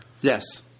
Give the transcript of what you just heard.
Yes